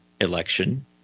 election